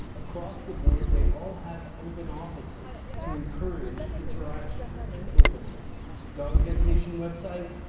across the board they all have open offices to encourage interaction and openness. dog vacation website?